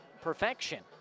perfection